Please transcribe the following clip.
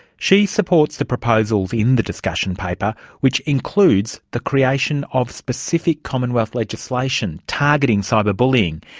she supports the proposals in the discussion paper, which includes the creation of specific commonwealth legislation targeting cyber bullying.